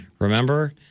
Remember